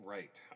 right